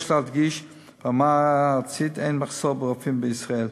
יש להדגיש כי ברמה הארצית אין מחסור ברופאים בישראל.